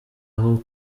aho